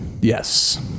Yes